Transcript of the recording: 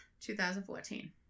2014